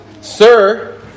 Sir